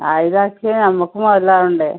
ആയിരം ആക്കിയാൽ നമുക്ക് മുതലാവണ്ടേ